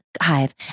hive